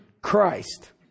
Christ